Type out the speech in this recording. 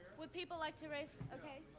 would people like to raise ok.